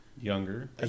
Younger